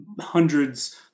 hundreds